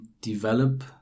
develop